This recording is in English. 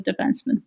defenseman